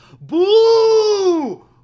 Boo